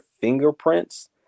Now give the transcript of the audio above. fingerprints